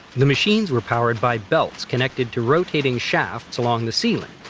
the machines were powered by belts connected to rotating shafts along the ceiling.